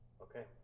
Okay